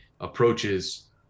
approaches